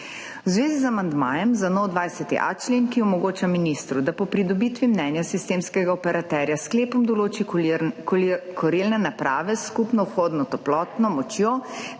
zvezi z amandmajem za nov 20.a člen, ki omogoča ministru, da po pridobitvi mnenja sistemskega operaterja s sklepom določi kurilne naprave s skupno vhodno toplotno močjo